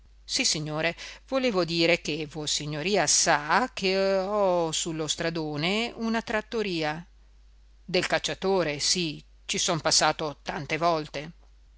ricominciò sissignore volevo dire che vossignoria sa che ho sullo stradone una trattoria del cacciatore sì ci sono passato tante volte